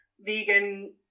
vegan